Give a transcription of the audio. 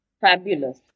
Fabulous